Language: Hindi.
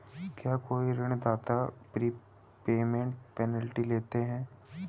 क्या कोई ऋणदाता प्रीपेमेंट पेनल्टी लेता है?